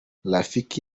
rafiki